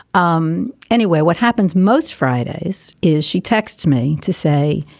um anyway, what happens most fridays is she texts me to say,